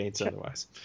otherwise